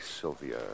Sylvia